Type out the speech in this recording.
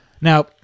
Now